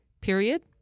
Period